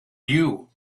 you